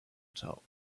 top